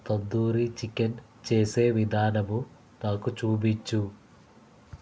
tandoori chicken చేసే విధానం నాకు చూపించు